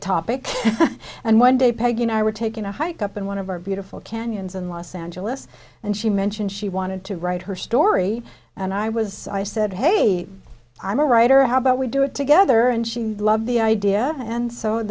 topic and one day peggy and i were taking a hike up in one of our beautiful canyons in los angeles and she mentioned she wanted to write her story and i was i said hey i'm a writer how about we do it together and she would love the idea and s